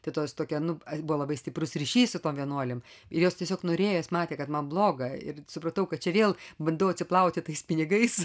tai toks tokia nu buvo labai stiprus ryšys su vienuolėm ir jos tiesiog norėjo jos matė kad man bloga ir supratau kad čia vėl bandau atsiplauti tais pinigais